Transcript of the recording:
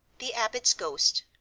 the abbot's ghost,